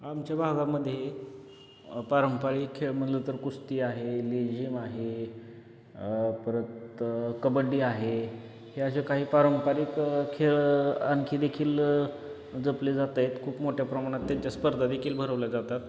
आमच्या भागामध्ये पारंपरिक खेळ म्हणलं तर कुस्ती आहे लेझिम आहे परत कबड्डी आहे हे असे काही पारंपरिक खेळ आणखी देखील जपले जात आहेत खूप मोठ्या प्रमाणात त्यांच्या स्पर्धादेखील भरवल्या जातात